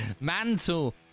mantle